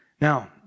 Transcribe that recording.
Now